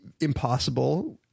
impossible